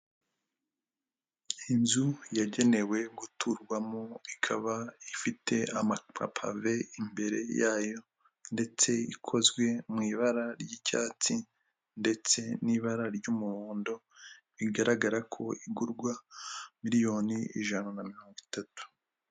Inzu yagenewe guturwamo, ikaba ifite amapave imbere yayo ndetse ikozwe mu ibara ry'icyatsi, ndetse n'ibara ry'umuhondo, bigaragara ko igurwa miliyoni ijana na mirongo itatu.